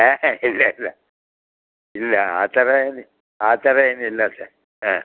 ಹಾಂ ಹಾಂ ಇಲ್ಲ ಇಲ್ಲ ಇಲ್ಲ ಆ ಥರ ಏನು ಆ ಥರ ಏನು ಇಲ್ಲ ಸರ್ ಹಾಂ